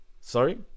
sorry